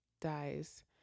dies